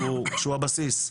שהוא הבסיס.